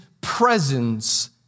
presence